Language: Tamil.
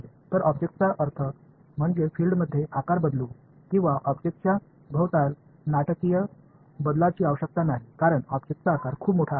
எனவே பொருளின் அளவு மிகப் பெரியதாக இருப்பதால் ஒரு பொருளைச் சுற்றி புலம் மாறுபடவோ அல்லது வியத்தகு முறையில் மாறவோ தேவையில்லை